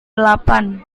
delapan